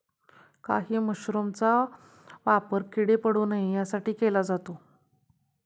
काही मशरूमचा वापर किडे पडू नये यासाठी केला जातो